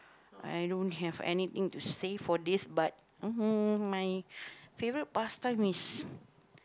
I don't have anything to say for this but uh my favourite pastime is